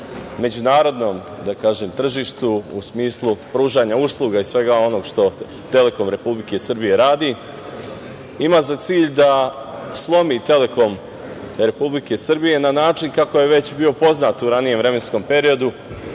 međunarodnom tržištu, u smislu pružanja usluga i svega onog što „Telekom“ Republike Srbije radi. Ima za cilj da slomi „Telekom“ Republike Srbije na način kakav je već bio poznat u ranijem vremenskom periodu,